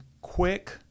quick